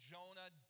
Jonah